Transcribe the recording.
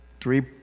three